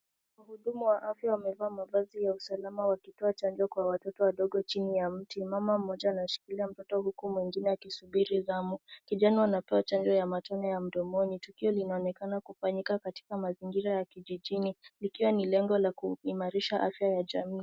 Mhudumu wa afya amevaa mavazi ya usalama wakitoa chanjo kwa watoto wadogo chini ya mti. Mama mmoja anashikilia mtoto huku mwingine akisubiri zamu. Kijana anapewa chanjo ya matone mdomoni. Tukio linaonekana kufanyika katika mazingira ya kijijini likiwa ni lengo la kuimarisha afya ya jamii.